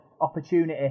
opportunity